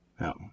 No